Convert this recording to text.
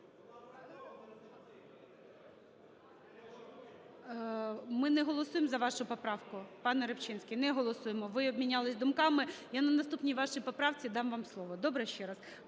Ми не голосуємо за вашу поправку, пане Рибчинський, не голосуємо. Ви обмінялися думками. Я на наступній вашій поправці дам вам слово, добре, ще раз.